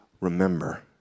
remember